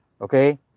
Okay